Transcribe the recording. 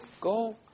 go